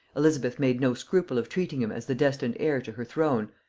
elizabeth made no scruple of treating him as the destined heir to her throne,